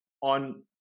on